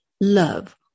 Love